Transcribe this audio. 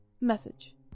message